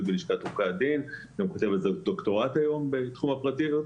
בלשכת עורכי הדין וכותב היום את הדוקטורט בתחום הפרטיות.